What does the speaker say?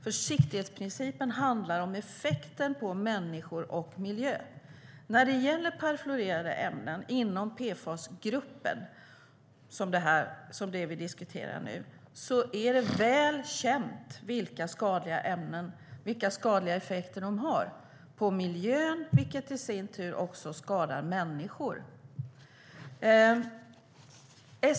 Försiktighetsprincipen handlar om effekten på människor och miljö. När det gäller perfluorerade ämnen inom PFAS-gruppen, vilket är det vi nu diskuterar, är det väl känt vilka skadliga effekter ämnena har på miljön. Det skadar i sin tur också människor.